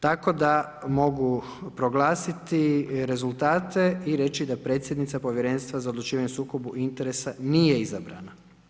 Tako da mogu proglasiti rezultate i reći da predsjednica Povjerenstva za odlučivanje o sukobu interesa nije izabrana.